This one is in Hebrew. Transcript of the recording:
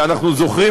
ואנחנו זוכרים,